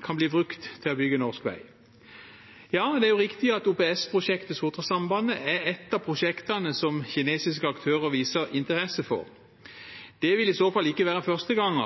kan bli brukt til å bygge norsk vei. Ja, det er riktig at OPS-prosjektet Sotrasambandet er et av prosjektene som kinesiske aktører viser interesse for. Det vil i så fall ikke være første gang